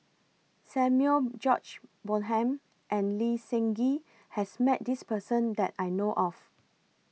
Samuel George Bonham and Lee Seng Gee has Met This Person that I know of